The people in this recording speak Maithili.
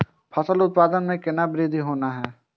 फसल उत्पादन में वृद्धि केना हैं?